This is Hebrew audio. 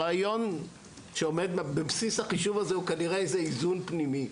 הרעיון שעומד בבסיס החישוב הזה הוא כנראה איזה איזון פנימי.